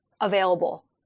available